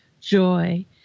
joy